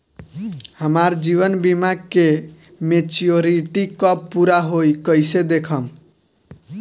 हमार जीवन बीमा के मेचीयोरिटी कब पूरा होई कईसे देखम्?